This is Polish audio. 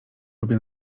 lubię